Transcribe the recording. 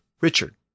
Richard